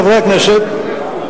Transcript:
חברי הכנסת,